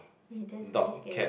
!ee! that's very scary